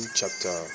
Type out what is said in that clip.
chapter